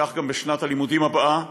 וכך גם בשנת הלימודים הבאה,